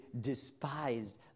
despised